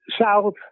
south